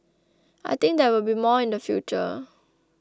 I think there will be more in the future